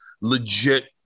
legit